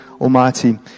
Almighty